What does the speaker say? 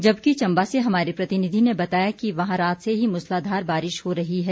जबकि चम्बा से हमारे प्रतिनिधि ने बताया कि वहां रात से ही मुसलाधार बारिश हो रही है